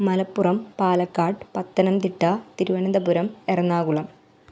Malappuram Palakkad Pathanamthitta Thiruvananthapuram Ernakulam